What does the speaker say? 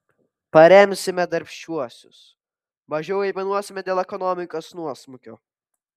paremsime darbščiuosius mažiau aimanuosime dėl ekonomikos nuosmukio